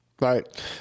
Right